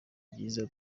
byiza